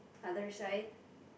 other side